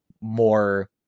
more